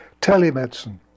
Telemedicine